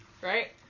Right